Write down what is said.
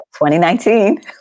2019